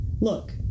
look